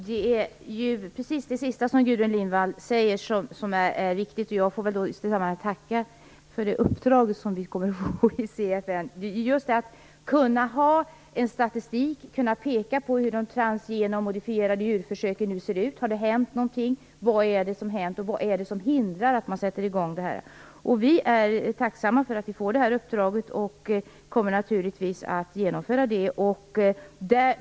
Herr talman! Det sista Gudrun Lindvall sade är mycket viktigt. Jag får också här tacka för det uppdrag som vi kommer att få i CFN. Viktigt här är just att kunna visa upp statistik, att kunna peka på hur de transgena och modifierade djurförsöken nu ser ut. Har det hänt någonting? Vad är det som har hänt, och vad är det som hindrar att man sätter i gång det här? Vi är tacksamma för att vi får det här uppdraget och kommer naturligtvis att genomföra det.